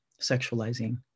sexualizing